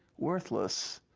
worthless.